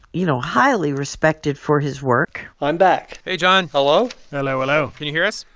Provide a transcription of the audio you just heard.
you know, highly respected for his work i'm back hey, john hello hello, hello can you hear us?